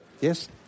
Yes